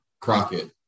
Crockett